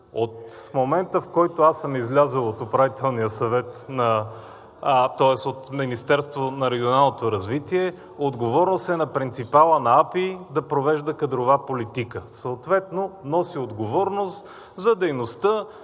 От момента, в който аз съм излязъл от Управителния съвет, тоест от Министерството на регионалното развитие, отговорност е на принципала на АПИ да провежда кадрова политика, съответно носи отговорност за дейността